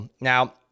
Now